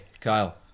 Kyle